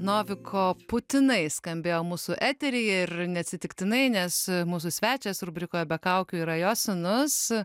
noviko putinai skambėjo mūsų eteryje ir neatsitiktinai nes mūsų svečias rubrikoje be kaukių yra jo sūnus